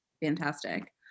fantastic